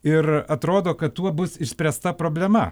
ir atrodo kad tuo bus išspręsta problema